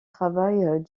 travail